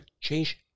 change